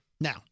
Now